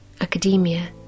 academia